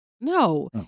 No